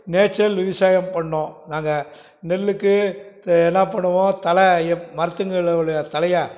natural விவசாயம் பண்ணோம் நாங்கள் நெல்லுக்கு என்ன பண்ணுவோம் தழை யப் மரத்துங்களுடைய தழைய